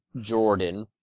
Jordan